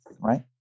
Right